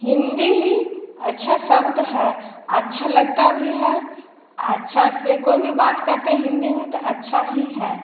हिंदी ही अच्छा शब्द है अच्छा लगता भी है आच्छा से कोई करते हिंदी में तो अच्छा ही है